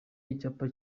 icyapa